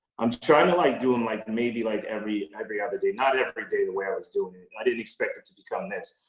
i'm trying to like do and like them maybe like every every other day. not every day the way i was doing it. i didn't expect it to become this,